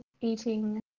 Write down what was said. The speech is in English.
eating